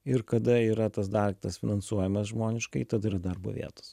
ir kada yra tas daiktas finansuojamas žmoniškai tada ir darbo vietos